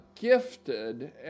gifted